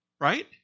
Right